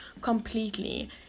completely